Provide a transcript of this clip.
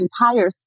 entire